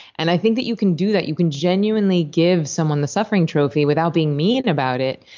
and i think that you can do that. you can genuinely give someone the suffering trophy without being mean about it,